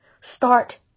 start